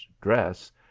dress